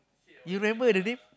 you remember the name